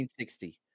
1960